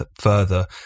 further